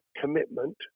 commitment